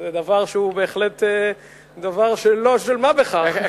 זה דבר שהוא בהחלט לא דבר של מה בכך.